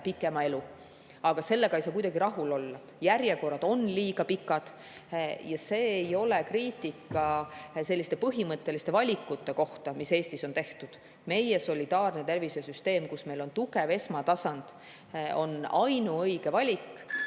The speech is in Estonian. pikema elu. Aga ainult sellega ei saa kuidagi rahul olla. Järjekorrad on liiga pikad. Ja see ei ole kriitika põhimõtteliste valikute kohta, mis Eestis on tehtud. Meie solidaarne tervisesüsteem, kus meil on tugev esmatasand, on ainuõige valik.